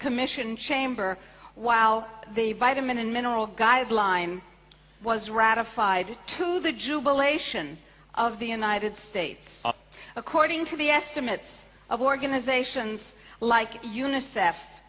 commission chamber while the vitamin and mineral guideline was ratified to the jubilation of the united states according to the estimates of organizations like unicef